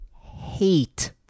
hate